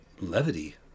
levity